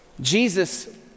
Jesus